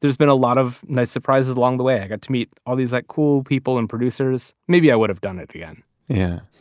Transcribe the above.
there's been a lot of nice surprises along the way. i got to meet all these like cool people and producers. maybe i would have done it again yeah.